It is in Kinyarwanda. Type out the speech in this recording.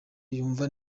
yumva